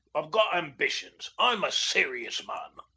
i've got ambitions i'm a serious man.